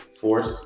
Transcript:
force